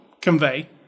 convey